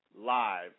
live